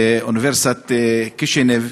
באוניברסיטת קישינב,